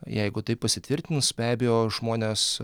jeigu tai pasitvirtins be abejo žmonės